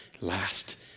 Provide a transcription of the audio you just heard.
last